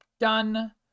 Done